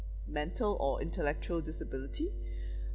mental or intellectual disability